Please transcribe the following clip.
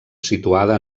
situada